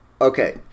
Okay